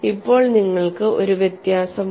ഇപ്പോൾ നിങ്ങൾക്ക് ഒരു വ്യത്യാസമുണ്ട്